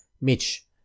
Mitch